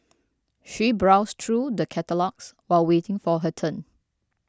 she browsed through the catalogues while waiting for her turn